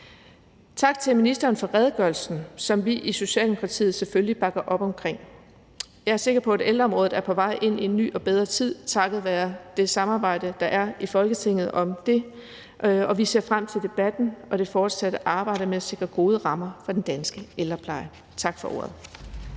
Tak til ministeren for redegørelsen, som vi i Socialdemokratiet selvfølgelig bakker op om. Jeg er sikker på, at ældreområdet er på vej ind i en ny og bedre tid takket være det samarbejde, der er i Folketinget om det, og vi ser frem til debatten og det fortsatte arbejde med at sikre gode rammer for den danske ældrepleje. Tak for ordet.